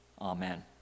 amen